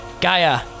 Gaia